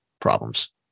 problems